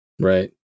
Right